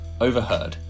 Overheard